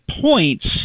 points